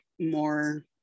more